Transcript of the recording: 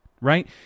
right